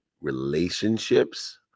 relationships